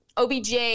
OBJ